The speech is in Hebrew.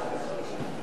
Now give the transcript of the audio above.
סעיפים 2 4,